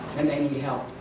and they need help.